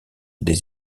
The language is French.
des